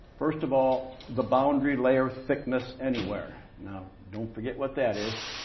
first, of all, the boundary layer of thickness anywhere now, don't forget what that is.